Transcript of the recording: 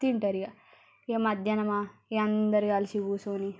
తింటారు ఇక ఇక మధ్యాహ్నమా ఇగ అందరూ కలిసి కూర్చొని